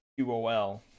UOL